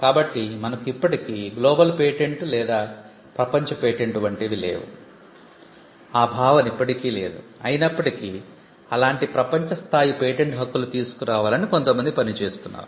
కాబట్టి మనకు ఇప్పటికీ గ్లోబల్ పేటెంట్ లేదా ప్రపంచ పేటెంట్ వంటివి లేవు ఆ భావన ఇప్పటికీ లేదు అయినప్పటికీ అలాంటి ప్రపంచ స్థాయి పేటెంట్ హక్కులు తీసుకు రావాలని కొంతమంది పనిచేస్తున్నారు